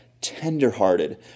tenderhearted